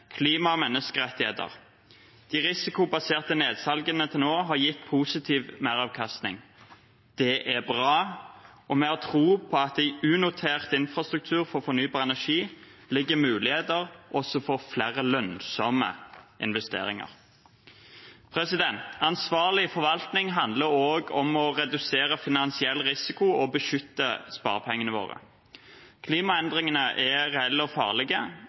klima og menneskerettigheter. De risikobaserte nedsalgene til nå har gitt positiv meravkastning. Det er bra, og vi har tro på at det i unotert infrastruktur for fornybar energi ligger muligheter også for flere lønnsomme investeringer. Ansvarlig forvaltning handler også om å redusere finansiell risiko og beskytte sparepengene våre. Klimaendringene er reelle og farlige,